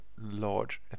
large